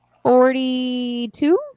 Forty-two